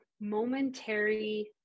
momentary